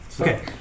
Okay